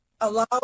allow